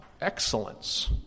excellence